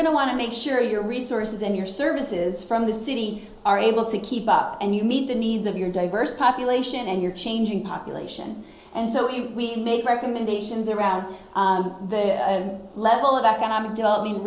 going to want to make sure your resources and your services from the city are able to keep up and you meet the needs of your diverse population and you're changing population and so we make recommendations around the level of economic develop